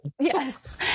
yes